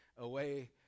away